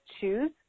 choose